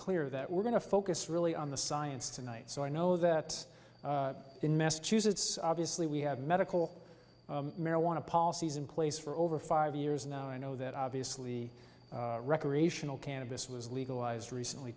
clear that we're going to focus really on the science tonight so i know that in massachusetts obviously we have medical marijuana policies in place for over five years now i know that obviously recreational cannabis was legalized recently